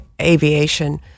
aviation